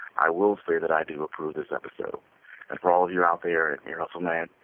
i will say that i do approve this episode and for all of you out there in ear hustle land,